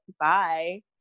bye